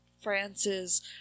Frances